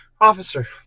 Officer